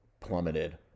plummeted